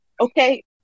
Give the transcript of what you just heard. okay